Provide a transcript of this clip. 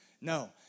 No